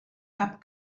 cap